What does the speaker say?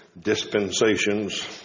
dispensations